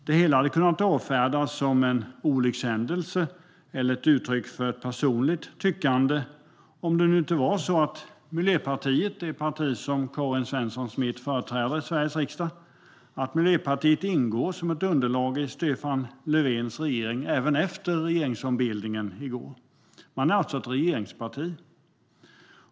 Det hela hade kunnat avfärdas som en olyckshändelse eller ett uttryck för personligt tyckande om det nu inte var så att Miljöpartiet, det parti som Karin Svensson Smith företräder i Sveriges riksdag, ingår som ett underlag i Stefan Löfvens regering även efter regeringsombildningen i går. Man är alltså ett regeringsparti.